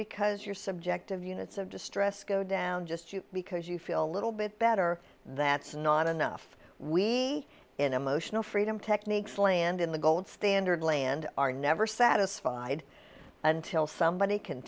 because your subjective units of distress go down just because you feel a little bit better that's not enough we in a motional freedom techniques land in the gold standard land are never satisfied until somebody can